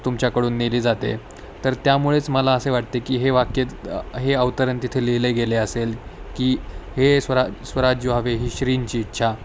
तुमच्याकडून नेली जाते तर त्यामुळेच मला असे वाटते की हे वाक्य हे अवतरण तिथे लिहिले गेले असेल की हे स्वराज् स्वराज्य व्हावे ही श्रींची इच्छा